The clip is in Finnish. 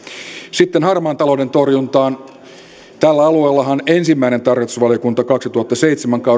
sitten harmaan talouden torjuntaan tällä alueellahan ensimmäinen tarkastusvaliokunta kaudella kaksituhattaseitsemän